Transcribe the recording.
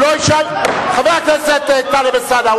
חבר הכנסת טלב אלסאנע,